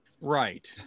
Right